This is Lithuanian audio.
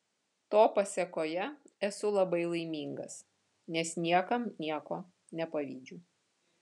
to pasėkoje esu labai laimingas nes niekam nieko nepavydžiu